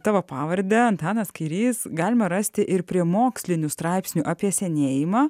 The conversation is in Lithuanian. tavo pavardę antanas kairys galima rasti ir prie mokslinių straipsnių apie senėjimą